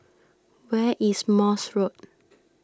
where is Morse Road